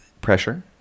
pressure